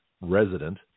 resident